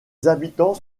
habitants